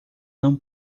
não